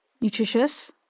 nutritious